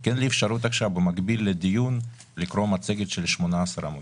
כי אין לי אפשרות עכשיו במקביל לדיון לקרוא מצגת של 18 עמודים.